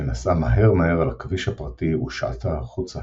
שנסעה מהר מהר על הכביש הפרטי ושעטה החוצה,